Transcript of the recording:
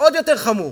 עוד יותר חמור.